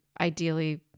ideally